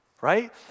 right